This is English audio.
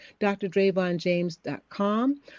drdravonjames.com